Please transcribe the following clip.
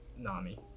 NAMI